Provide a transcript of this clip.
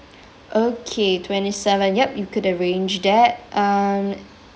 okay twenty seven yup we could arrange that um